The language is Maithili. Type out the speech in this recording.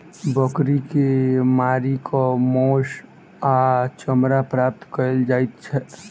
बकरी के मारि क मौस आ चमड़ा प्राप्त कयल जाइत छै